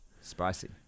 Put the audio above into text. Spicy